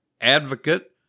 Advocate